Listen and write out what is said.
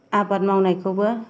आबाद मावनायखौबो